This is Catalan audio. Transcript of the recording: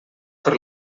per